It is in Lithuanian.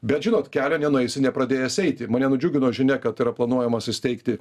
bet žinot kelio nenueisi nepradėjęs eiti mane nudžiugino žinia kad yra planuojamas įsteigti